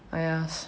!aiya!